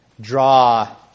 draw